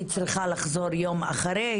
היא צריכה לחזור יום אחרי.